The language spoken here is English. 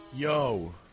Yo